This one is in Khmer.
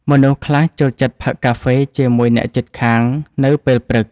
មនុស្សខ្លះចូលចិត្តផឹកកាហ្វេជាមួយអ្នកជិតខាងនៅពេលព្រឹក។